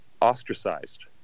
ostracized